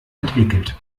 entwickelt